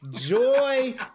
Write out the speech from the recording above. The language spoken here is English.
joy